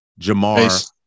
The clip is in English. Jamar